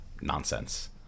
nonsense